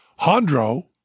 Hondro